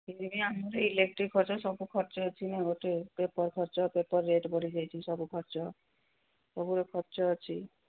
ଆମର ଇଲେକ୍ଟ୍ରିକ ଖର୍ଚ୍ଚ ସବୁ ଖର୍ଚ୍ଚ ଅଛି ନା ଗୋଟେ ପେପର୍ ଖର୍ଚ୍ଚ ପେପର ରେଟ୍ ବଢ଼ିଯାଇଛି ସବୁ ଖର୍ଚ୍ଚ ସବୁ ଖର୍ଚ୍ଚ ଅଛି